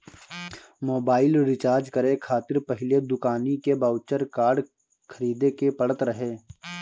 mobile recharge करे खातिर पहिले दुकानी के बाउचर कार्ड खरीदे के पड़त रहे